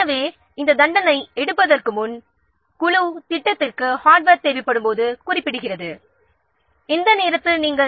எனவே இதை செயல்படுத்தும் முன்பு ப்ராஜெக்ட் டீம் தமக்கு தேவையான ஹார்ட்வேரை எப்பொழுது அல்லது எந்த கட்டத்தில் தேவைப்படும் என்பதை குறிப்பிட வேண்டும்